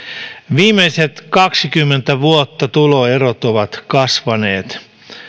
viimeiset kaksikymmentä vuotta tuloerot ovat kasvaneet